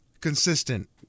Consistent